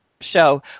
show